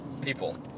people